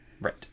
Right